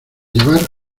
llevar